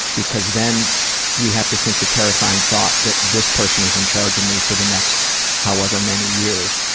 because then we have to think the terrifying thought that, this person is in charge of me for the next however many years.